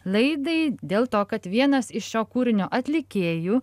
laidai dėl to kad vienas iš šio kūrinio atlikėjų